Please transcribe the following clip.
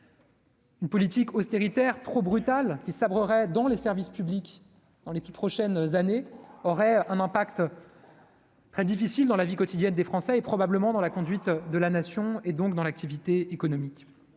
Une politique austéritaire trop brutal qui sabreur est dans les services publics dans les toutes prochaines années, aurait un impact très difficile dans la vie quotidienne des Français, et probablement dans la conduite de la nation et donc dans l'activité économique